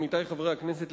עמיתי חברי הכנסת,